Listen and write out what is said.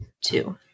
two